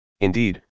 Indeed